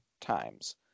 times